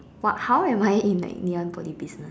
what how am I in like Ngee-Ann Poly business